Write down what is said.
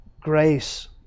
grace